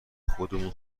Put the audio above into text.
خودم